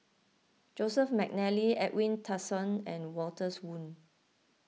Joseph McNally Edwin Tessensohn and Walters Woon